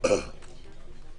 הצבעה לא נתקבלה.